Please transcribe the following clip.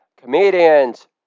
Comedians